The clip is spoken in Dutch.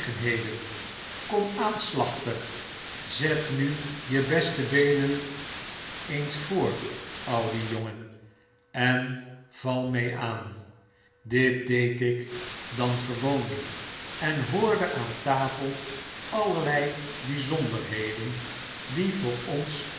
gelegenheden kom aan slachter zet nu je beste beenen eens voor oude jongen en val mee aan i dit deed ik dangewoonlyk en hoorde aan tafel allerlei byzonderheden die voor ons